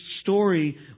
story